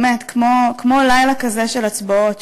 כמו לילה כזה של הצבעות,